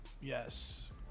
Yes